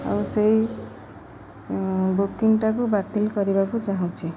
ଆଉ ସେଇ ବୁକିଂଟାକୁ ବାତିଲ କରିବାକୁ ଚାହୁଁଛି